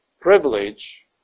privilege